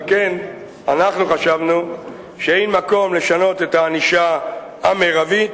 על כן אנחנו חשבנו שאין מקום לשנות את הענישה המרבית